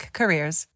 careers